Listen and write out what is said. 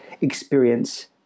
experience